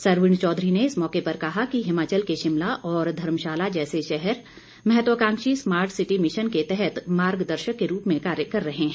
सरवीण चौधरी ने इस मौके पर कहा कि हिमाचल के शिमला और धर्मशाला जैसे शहर महत्वकांक्षी स्मार्ट सिटी मिशन के तहत मार्गदर्शक के रूप में कार्य कर रहे हैं